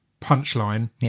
punchline